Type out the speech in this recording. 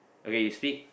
okay you speak